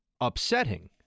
upsetting